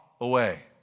away